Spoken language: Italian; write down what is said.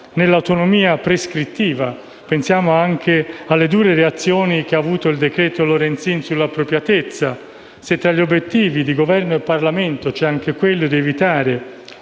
nell'autonomia prescrittiva. Pensiamo anche alle dure reazioni che ha suscitato il cosiddetto decreto Lorenzin sull'appropriatezza. Se tra gli obiettivi di Governo e Parlamento c'è anche quello di evitare